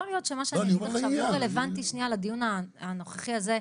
יכול להיות שמה שאני אומרת עכשיו לא רלוונטי לדיון הנוכחי הזה.